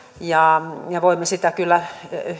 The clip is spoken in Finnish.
ja ja voimme sitä kyllä